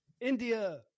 India